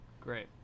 great